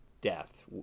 death